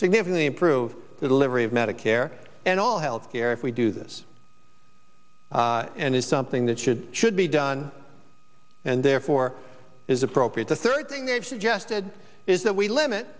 significantly improve the delivery of medicare and all health care if we do this and it's something that should should be done and therefore is appropriate the third thing that i've suggested is that we limit